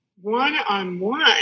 one-on-one